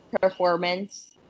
performance